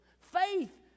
Faith